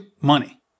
money